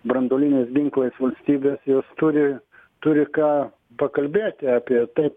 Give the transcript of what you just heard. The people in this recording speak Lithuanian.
branduoliniais ginklais valstybės jos turi turi ką pakalbėti apie tai